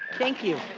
thank you.